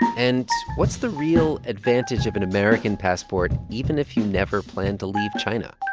and what's the real advantage of an american passport, even if you never plan to leave china?